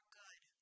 good